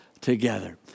together